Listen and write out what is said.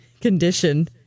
condition